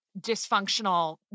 dysfunctional